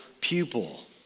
pupil